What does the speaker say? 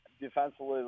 defensively